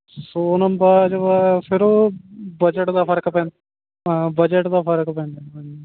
ਸੋਨਮ ਬਾਜਵਾ ਫਿਰ ਉਹ ਬਜਟ ਦਾ ਫਰਕ ਪੈਂਦਾ ਬਜਟ ਦਾ ਫਰਕ ਪੈਂਦਾ ਹਾਜੀ